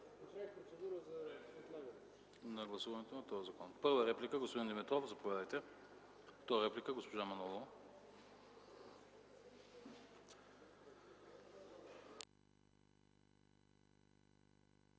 Трета реплика – госпожа Манолова.